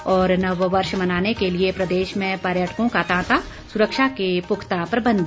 और नववर्ष मनाने के लिए प्रदेश में पर्यटकों का तांता सुरक्षा के पुख्ता प्रबंध